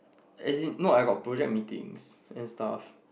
as in not I got project meetings and stuff